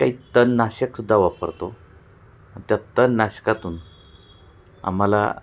काही तणनाशक सुद्धा वापरतो आणि त्या तणनाशकातून आम्हाला